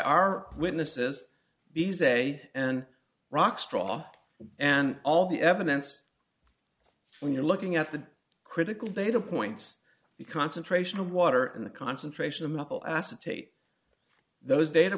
our witnesses these a and rocks straw and all the evidence when you're looking at the critical data points the concentration of water and the concentration of metal acetate those data